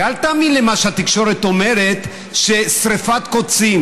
ואל תאמין למה שהתקשורת אומרת: שרפת קוצים.